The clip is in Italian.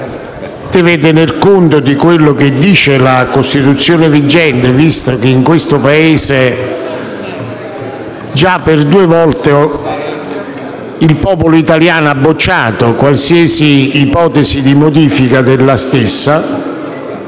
deve tener conto di quello che prevede la Costituzione vigente, visto che in questo Paese già per due volte il popolo italiano ha bocciato qualsiasi ipotesi di riforma della stessa,